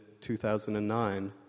2009